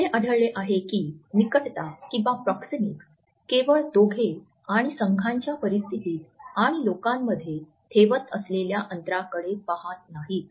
असे आढळले आहे की निकटताप्रॉक्सिमिक्स केवळ दोघे आणि संघाच्या परिस्थितीत आणि लोकांमध्ये ठेवत असलेल्या अंतराकडे पाहत नाहीत